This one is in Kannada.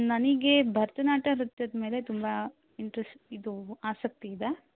ನನಗೆ ಭರತನಾಟ್ಯ ನೃತ್ಯದ ಮೇಲೆ ತುಂಬ ಇಂಟ್ರೆಸ್ಟ್ ಇದು ಆಸಕ್ತಿ ಇದೆ